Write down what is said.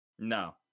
no